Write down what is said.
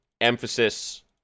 emphasis